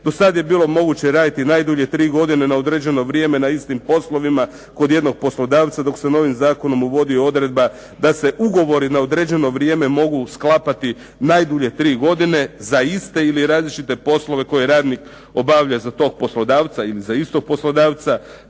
Do sad je bilo moguće raditi najdulje 3 godine na određeno vrijeme na istim poslovima kod jednog poslodavca, dok se novim zakonom uvodi odredba da se ugovori na određeno vrijeme mogu sklapati najdulje tri godine za iste ili različite poslove koje radnik obavlja za tog poslodavca ili za istog poslodavca.